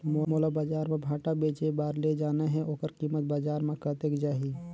मोला बजार मां भांटा बेचे बार ले जाना हे ओकर कीमत बजार मां कतेक जाही?